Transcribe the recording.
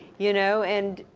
you know, and,